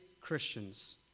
Christians